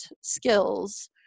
skills